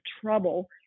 trouble